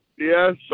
Yes